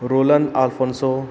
Rolan Alphonso